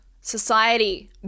society